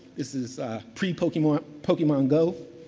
this is pre-pokemon pre-pokemon go.